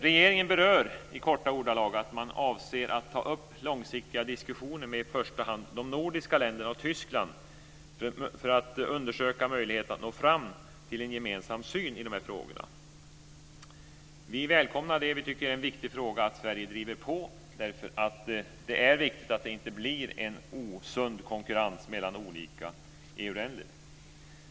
Regeringen berör i korta ordalag att man avser att ta upp långsiktiga diskussioner med i första hand de nordiska länderna och Tyskland för att undersöka möjligheterna att nå fram till en gemensam syn i de här frågorna. Vi välkomnar det, och vi tycker att det är en viktig fråga att Sverige driver på. Det är viktigt att det inte blir en osund konkurrens mellan olika EU länder.